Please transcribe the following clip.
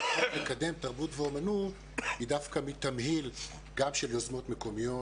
שלקדם תרבות ואומנות היא דווקא מתמהיל גם של יוזמות מקומיות,